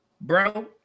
Bro